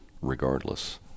regardless